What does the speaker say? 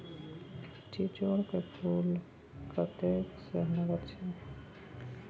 चिचोढ़ क फूल कतेक सेहनगर छै